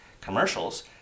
commercials